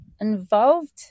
involved